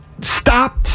stop